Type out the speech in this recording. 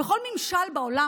בכל ממשל בעולם,